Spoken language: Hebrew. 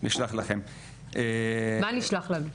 מה תשלח לנו.